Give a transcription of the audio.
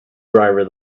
driver